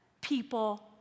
people